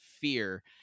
Fear